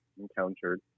encountered